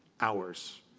hours